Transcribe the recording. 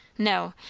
no,